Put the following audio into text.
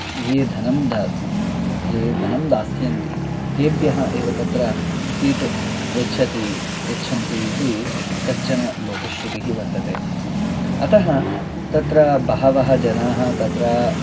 ये धनं दा ये धनं दास्यन्ति तेभ्यः एव तत्र सीट् यच्छति यच्छति इति कश्चनलोकशृतिः वर्तते अतः तत्र बहवः जनाः तत्र